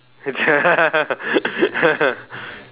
ya